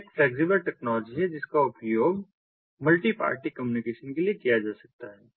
यह एक flexible technology है जिसका उपयोग मल्टी पार्टी कम्युनिकेशन के लिए किया जा सकता है